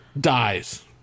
dies